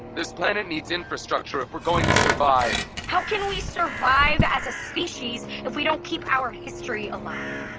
this planet needs infrastructure if we're going to survive how can we survive as a species if we don't keep our history alive?